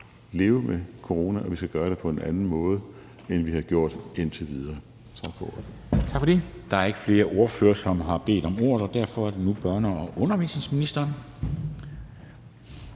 leve med corona, og vi skal gøre det på en anden måde, end vi har gjort indtil videre. Tak for ordet. Kl. 10:48 Formanden (Henrik Dam Kristensen): Tak for det. Der ikke flere ordførere, som har bedt om ordet, og derfor er det nu børne- og undervisningsministeren.